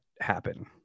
happen